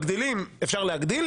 אפשר להגדיל,